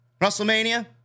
WrestleMania